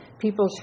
people